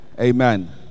Amen